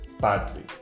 badly